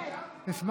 אני אשמח,